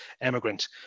emigrant